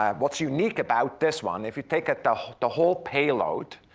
um what's unique about this one, if you take at the whole the whole payload,